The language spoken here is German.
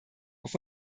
auf